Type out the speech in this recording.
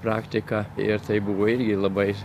praktiką ir tai buvo irgi labai